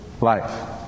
life